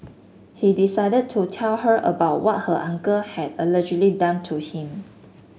he decided to tell her about what her uncle had allegedly done to him